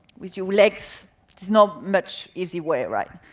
with your legs, is not much easy way, right.